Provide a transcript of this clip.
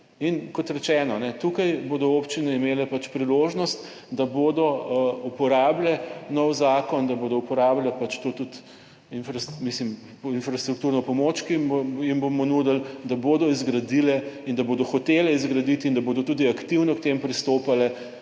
In kot rečeno, tukaj bodo občine imele pač priložnost, da bodo uporabile nov zakon, da bodo uporabile pač tudi, mislim, infrastrukturno pomoč, ki jim bomo nudili, da bodo izgradile in da bodo hotele izgraditi in da bodo tudi aktivno k temu pristopale